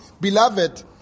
Beloved